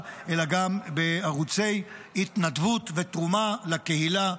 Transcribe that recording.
אלא גם בערוצי התנדבות ותרומה לקהילה,